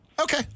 Okay